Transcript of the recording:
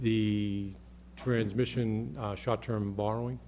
the transmission short term borrowing